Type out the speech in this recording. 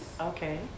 Okay